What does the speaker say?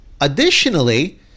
Additionally